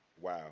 Wow